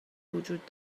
وجود